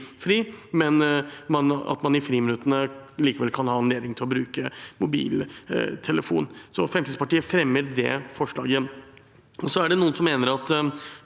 men at man i friminuttene kan ha anledning til å bruke mobiltelefon. Fremskrittspartiet fremmer forslag om det. Så er det noen som mener at